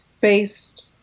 based